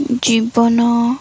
ଜୀବନ